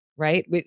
right